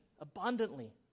abundantly